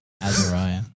Azariah